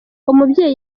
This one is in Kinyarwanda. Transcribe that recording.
umubyeyi